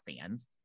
fans